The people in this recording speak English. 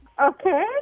okay